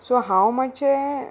so हांव मातशें